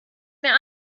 mehr